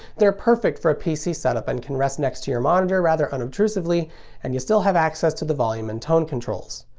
they're perfect for a pc setup, and can rest next to your monitor rather unobtrusively and you still have access to the volume and tone controls.